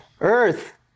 earth